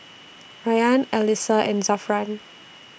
Rayyan Alyssa and Zafran